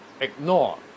ignore